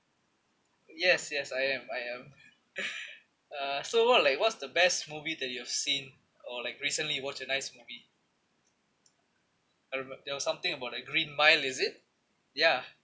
yes yes I am I am uh so what like what's the best movie that you have seen or like recently watch a nice movie I remem~ there was something about the green mile is it ya